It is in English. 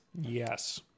Yes